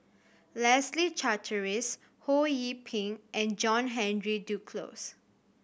Leslie Charteris Ho Yee Ping and John Henry Duclos